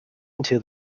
into